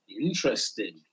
Interesting